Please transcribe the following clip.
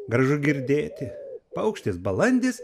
gražu girdėti paukštis balandis